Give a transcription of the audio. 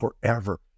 forever